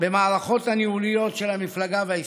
במערכות הניהוליות של המפלגה וההסתדרות.